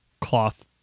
cloth